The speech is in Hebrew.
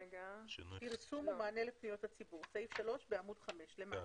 סעף 3 בעמוד 5 למטה.